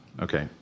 Okay